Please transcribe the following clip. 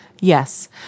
Yes